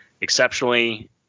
exceptionally